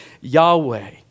Yahweh